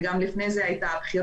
וגם לפני זה היו הבחירות,